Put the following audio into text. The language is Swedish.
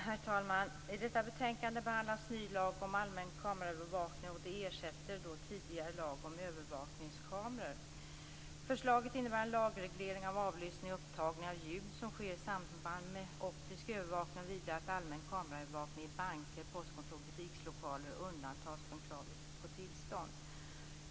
Herr talman! I detta betänkande behandlas en ny lag om allmän kameraövervakning. Den ersätter den tidigare lagen om övervakningskameror. Förslaget innebär en lagreglering av avlyssning och upptagning av ljud som sker i samband med optisk övervakning och vidare att allmän kameraövervakning i banker, postkontor och butikslokaler undantas från kravet på tillstånd.